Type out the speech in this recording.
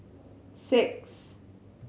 six